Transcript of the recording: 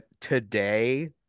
today